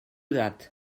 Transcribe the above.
that